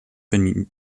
been